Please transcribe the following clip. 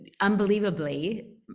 unbelievably